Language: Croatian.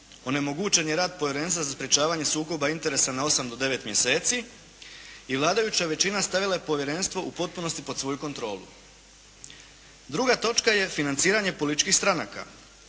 Onemogućeni rad Povjerenstva za sprječavanja sukoba interesa na osam do devet mjeseci i vladajuća većina stavila je povjerenstvo u potpunosti pod svoju kontrolu. Druga točka je financiranje političkih stranaka.